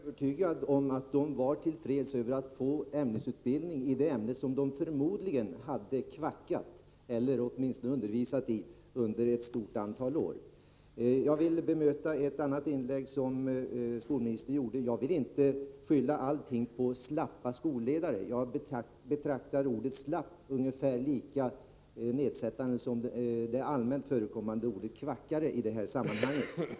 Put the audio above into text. Herr talman! Jag är övertygad om att de var tillfreds med att få ämnesutbildning i det ämne som de förmodligen hade kvackat — eller undervisat — i under ett stort antal år. Jag vill bemöta en annan sak i skolministerns inlägg. Jag vill inte skylla allting på slappa skolledare. Jag betraktar ordet slapp som ungefär lika nedsättande som det i det här sammanhanget allmänt förekommande ordet kvackare.